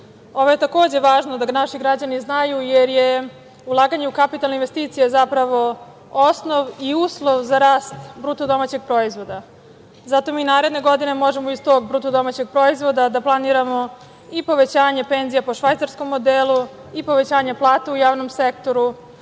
je takođe važno da naši građani znaju, jer je ulaganje u kapitalne investicije zapravo osnov i uslov za rast bruto domaćeg proizvoda. Zato mi naredne godine možemo iz tog bruto domaćeg proizvoda da planiramo i povećanje penzija po švajcarskom modelu i povećanja plata u javnom sektoru,